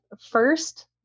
first